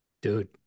dude